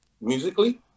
musically